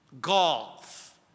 Golf